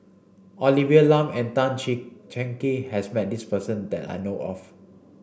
Olivia Lum and Tan Cheng Kee has met this person that I know of